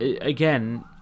again